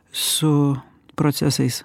su procesais